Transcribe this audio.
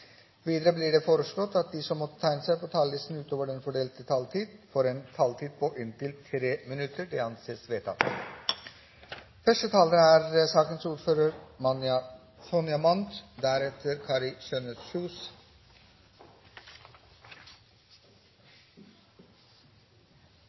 Videre blir det foreslått at de som måtte tegne seg på talerlisten utover den fordelte taletid, får en taletid på inntil 3 minutter. – Det anses vedtatt. Nå skal vi behandle et representantforslag fra Bent Høie, Sonja